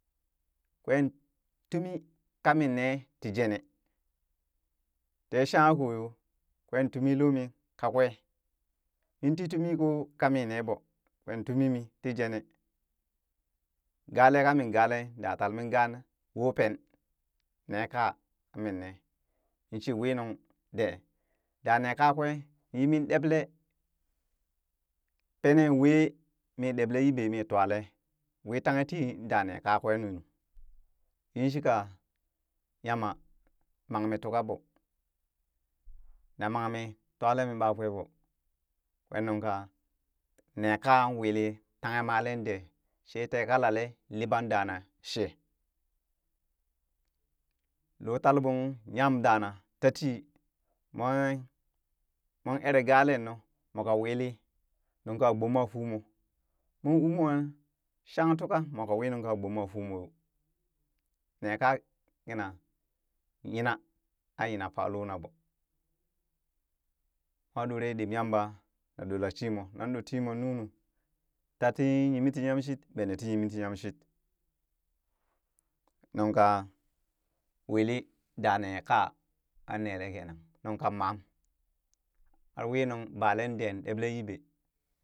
Kween tumi kamin nee ti jenee tee shanka koo yoo kwee tumii lohmin kakwee min ti tumii koo kami nee ɓoo kwee tumi mii ti jenee, galee kamin galee ɗaa tal min ga woopen nee kaa kamin nee, minshi wiinung dee daa nee kaa kweee miyimin ɗeɓlee, pene wee mii ɗeɓlee yiɓe mii twalee wii tanghe tii da nekaa kwee nu, yin shika yama mang mii tuka ɓoo na mangmi twale mii ɓakwe ɓoo, kwen nung ka nee kaa wili tanghe malee dee shee tee kalale, liɓan dana shee loo tal ɓoo ung nyam daana tatii, moon moon ere galee nu moka wili nuŋ ka gboma fuu moo moon uu mwa shang tuka moka wii nungka gboma fuu moo yoo, nee kaa kina nyina aa nyina faa loona ɓoo moo ɗore ɗib yamba na ɗora timoo nan ɗora timon nunu, taa ti yimi ti yamshit bene ti yimi ti yamshit, nungka wili daa nee kaa kan nele kenan nungka mam har winung balen dee ɗeɓlee yiɓee